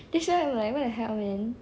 that's why I'm like what the hell man